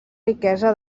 riquesa